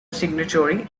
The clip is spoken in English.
signatory